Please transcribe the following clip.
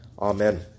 Amen